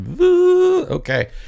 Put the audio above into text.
okay